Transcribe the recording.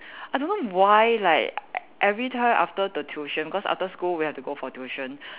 I don't know why like every time after the tuition cause after school we have to go for tuition